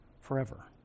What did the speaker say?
forever